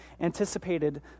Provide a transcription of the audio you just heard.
anticipated